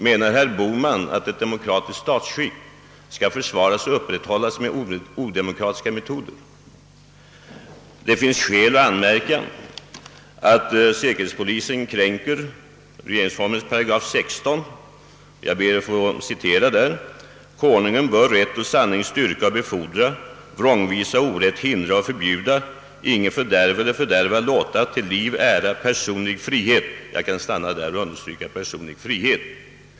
Menar herr Bohman att ett demokratiskt statsskick skall försvaras och upprätthållas med odemokratiska metoder? Det finns skäl anmärka att säkerhetspolisen kränker regeringsformens § 16. Jag ber att få citera: »Konungen bör rätt och sanning styrka och befordra, vrångvisa och orätt hindra och förbjuda, ingen fördärva eller fördärva låta, till liv, ära, personlig frihet ———.» Jag understryker orden »personlig frihet».